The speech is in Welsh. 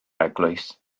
eglwys